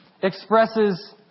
expresses